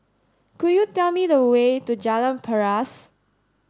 could you tell me the way to Jalan Paras